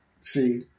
See